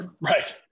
Right